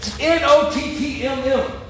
N-O-T-T-M-M